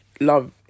love